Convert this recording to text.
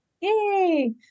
Yay